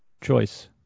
choice